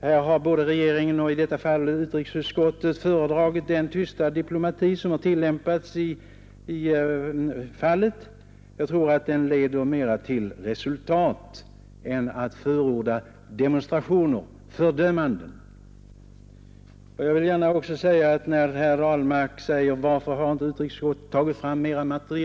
Här har både regeringen och i detta fall utrikesutskottet föredragit den tysta diplomati som har tillämpats i fallet. Jag tror att den leder mera till resultat än demonstrationer och fördömanden. Herr Ahlmark frågade, varför utrikesutskottet inte har tagit fram mera material.